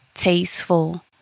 Tasteful